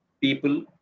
people